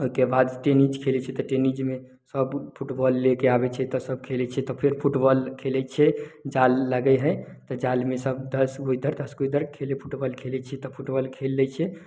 ओहिके बाद टेनिस खेलै छियै तऽ टेनिसमे फुटबॉल लेके आबै छै तऽ सब खेलै छियै तऽ फेर फुटबॉल खेलै छियै जाल लगै हइ तऽ जालमे सब इधरसे उधर फेर फुटबॉल खेलै छियै तऽ फुटबॉल खेल लै छियै